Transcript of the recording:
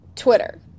Twitter